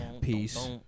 Peace